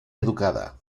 educada